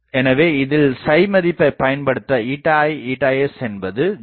எனவே இதில் ψ மதிப்பை பயன்படுத்த ηi ηs என்பது 0